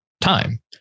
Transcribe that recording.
time